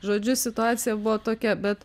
žodžiu situacija buvo tokia bet